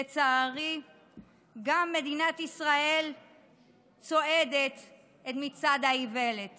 לצערי גם מדינת ישראל צועדת את מצעד האיוולת